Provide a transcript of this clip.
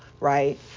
right